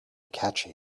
catchy